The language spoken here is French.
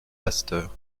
pasteurs